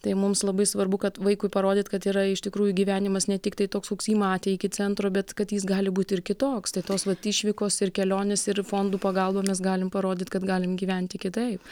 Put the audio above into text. tai mums labai svarbu kad vaikui parodyt kad yra iš tikrųjų gyvenimas ne tiktai toks koks jį matė iki centro bet kad jis gali būti ir kitoks tai tos vat išvykos ir kelionės ir fondų pagalba mes galim parodyt kad galim gyventi kitaip